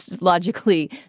logically